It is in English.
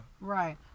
Right